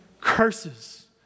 Curses